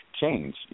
change